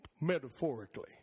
Metaphorically